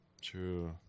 True